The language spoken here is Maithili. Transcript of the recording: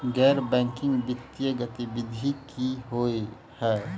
गैर बैंकिंग वित्तीय गतिविधि की होइ है?